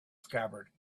scabbard